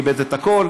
איבד את הכול,